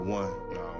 one